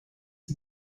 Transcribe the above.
die